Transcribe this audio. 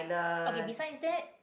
okay besides that